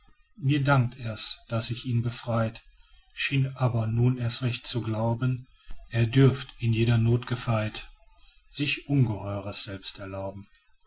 mir dankt er's daß ich ihn befreit schien aber nun erst recht zu glauben er dürf in jeder noth gefeit sich ungeheures selbst erlauben